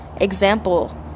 example